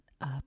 up